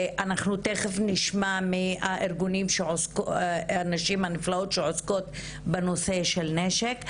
ונשמע את הנשים הנפלאות שעוסקות בנושא של נשק.